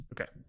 okay